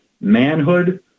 manhood